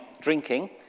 drinking